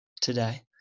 today